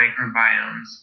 microbiomes